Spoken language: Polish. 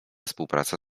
współpraca